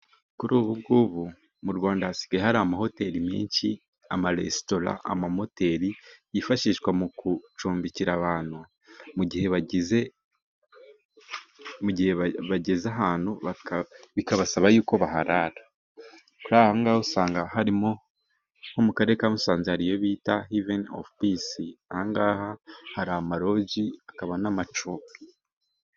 Kuri ubu ngubu mu Rwanda hasigaye hari amahoteli menshi, amaresitora, amamoteri, yifashishwa mu gucumbikira abantu. Mu gihe bageze ahantu bikabasaba yuko baharara. Kuri aha ngaha usanga harimo nko mu Karere ka Musanze hari iyo bita heveni ovu pisi, aha ngaha hari amaroji, hakaba n'amacumbi.